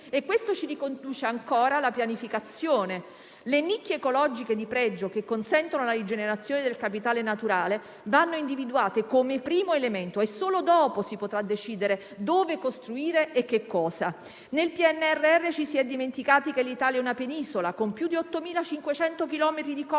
Questo ci riconduce ancora alla pianificazione. Le nicchie ecologiche di pregio che consentono la rigenerazione del capitale naturale vanno individuate come primo elemento e solo dopo si potrà decidere dove e cosa costruire. Nel PNRR ci si è dimenticati che l'Italia è una penisola con più di 8.500 chilometri di costa,